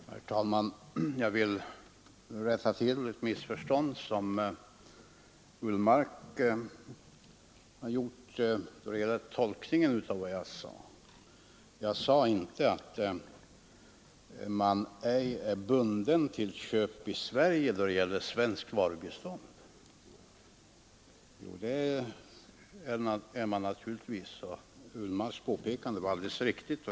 Onsdagen den Herr talman! Jag vill rätta till ett missförstånd i herr Ullstens tolkning 24 april 1974 av vad jag sade. Jag sade inte att man ej är bunden till köp i Sverige då — det gäller svenskt varubistånd. Det är man naturligtvis, och herr Ullstens Internationellt påpekande var alldeles riktigt.